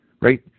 right